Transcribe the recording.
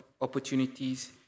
opportunities